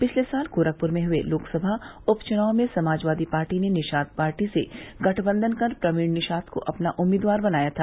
पिछले साल गोरखपुर में हुए लोकसभा उप चुनाव में समाजवादी पार्टी ने निषाद पार्टी से गठबंधन कर प्रवीण निषाद को अपना उम्मीदवार बनाया था